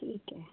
ठीक ऐ